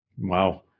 Wow